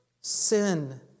sin